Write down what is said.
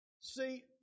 See